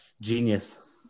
Genius